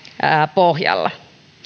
pohjalla